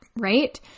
right